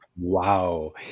Wow